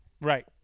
right